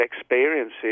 experiences